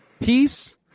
peace